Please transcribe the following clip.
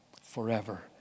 forever